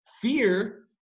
Fear